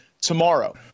tomorrow